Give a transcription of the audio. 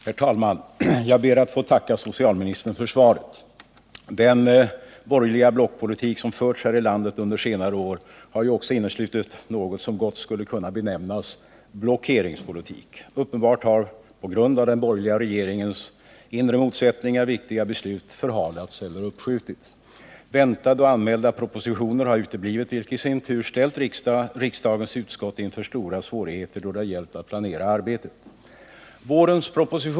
Herr talman! Jag ber att få tacka socialministern för svaret. Den borgerliga blockpolitik som förts här i landet under senare år har ju också inneslutit något som gott skulle kunna benämnas blockeringspolitik. Uppenbart har p. g. a. den borgerliga regeringens inre motsättningar viktiga beslut förhalats eller uppskjutits. Väntade och anmälda propositioner har uteblivit, vilket i sin tur ställt riksdagens utskott inför stora svårigheter då det gällt att planera arbetet.